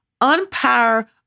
unpower